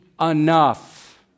enough